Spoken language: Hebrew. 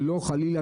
וחלילה,